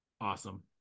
Awesome